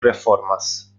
reformas